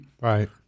Right